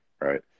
right